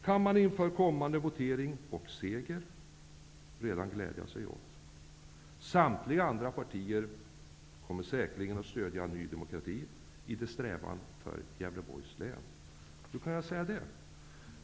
Jag gläder mig redan åt kommande votering och seger. Samtliga andra partier kommer säkerligen att stödja Ny demokrati i sin strävan för Gävleborgs län. Hur kan jag veta det?